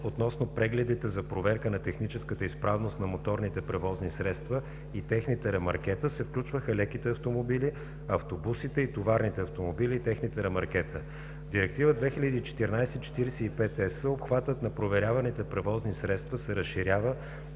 относно прегледите за проверка на техническата изправност на моторните превозни средства и техните ремаркета, се включваха леките автомобили, автобусите и товарните автомобили и техните ремаркета. В Директива 2014/45/ЕС обхватът на проверяваните превозни средства се разширява